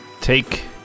take